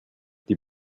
die